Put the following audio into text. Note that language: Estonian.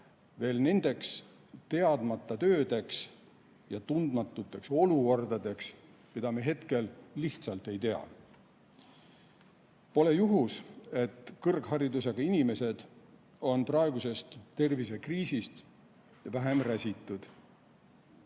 veel nendeks teadmata töödeks ja tundmatuteks olukordadeks, mida me hetkel lihtsalt ei tea. Pole juhus, et kõrgharidusega inimesed on praegusest tervisekriisist vähem räsitud.